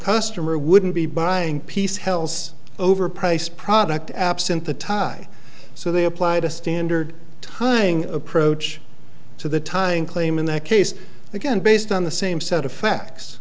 customer wouldn't be buying peace hells over priced product absent the tie so they applied a standard timing approach to the tying claim in that case again based on the same set of facts